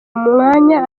mwanya